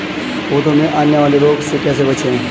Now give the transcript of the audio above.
पौधों में आने वाले रोग से कैसे बचें?